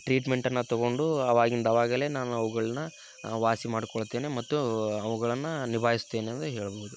ಟ್ರೀಟ್ಮೆಂಟನ್ನು ತಗೊಂಡು ಅವಾಗಿಂದವಾಗಲೇ ನಾನು ಅವುಗಳನ್ನ ವಾಸಿ ಮಾಡಿಕೊಳ್ತೇನೆ ಮತ್ತು ಅವುಗಳನ್ನು ನಿಭಾಯಿಸ್ತೇನೆ ಎಂದು ಹೇಳ್ಬೌದು